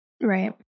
Right